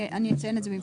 אני אציין את זה במפורש.